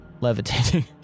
levitating